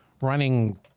running